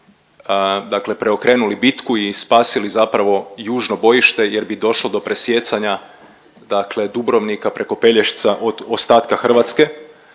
dakle preokrenuli bitku i spasili zapravo južno bojište jer bi došlo do presijecanja, dakle Dubrovnika preko Pelješca od ostatka Hrvatske,